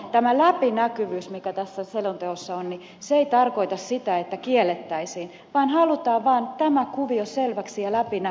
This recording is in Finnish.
tämä läpinäkyvyys mikä tässä selonteossa on ei tarkoita sitä että nämä tuet kiellettäisiin vaan halutaan vaan tämä kuvio selväksi ja läpinäkyväksi